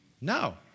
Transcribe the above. No